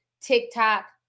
TikTok